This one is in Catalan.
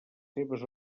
seves